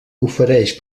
ofereix